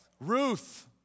Ruth